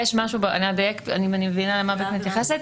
אני אדייק, אם אני מבינה למה בקי מתייחסת.